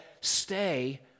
stay